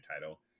title